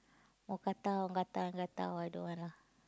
mookata mookata mookata I don't want lah